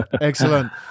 Excellent